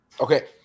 Okay